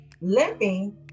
limping